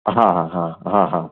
હા હા હા હા